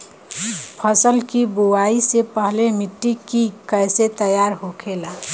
फसल की बुवाई से पहले मिट्टी की कैसे तैयार होखेला?